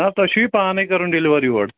نہَ تۅہہِ چھُوِ یہِ پانے کٔرُن ڈیٚلور یور